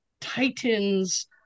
titans